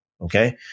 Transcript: okay